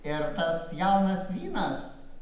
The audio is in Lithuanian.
ir tas jaunas vynas